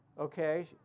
Okay